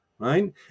Right